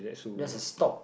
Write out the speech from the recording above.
there's a stop